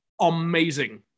amazing